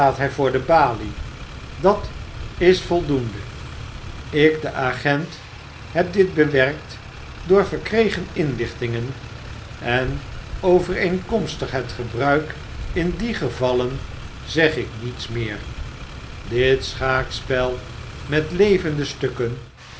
hij voor de balie dat is voldoende ik de agent heb dit bewerkt door verkregen inlichtingen en overeenkomstig het gebruik in die gevallen zeg ik niets meer dit schaakspel met levende stukken